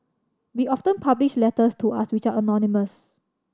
we often publish letters to us which are anonymous